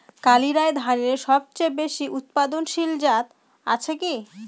কালিরাই ধানের সবচেয়ে বেশি উৎপাদনশীল জাত আছে কি?